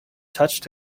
touched